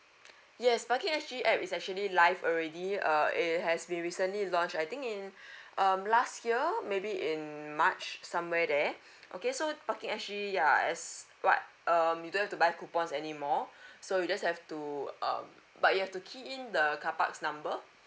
yes parking S_G app is actually live already uh it has been recently launched I think in um last year maybe in march somewhere there okay so parking S_G yeah as what um you don't have to buy coupons anymore so you just have to um but you have to key in the car park's number